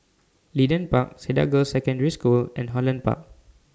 Leedon Park Cedar Girls' Secondary School and Holland Park